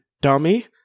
dummy